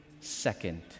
second